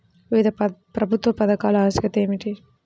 వివిధ ప్రభుత్వా పథకాల ఆవశ్యకత ఏమిటి?